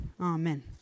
Amen